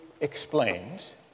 explains